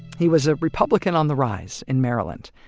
he was a republican on the rise in maryland.